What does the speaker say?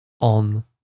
on